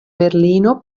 berlino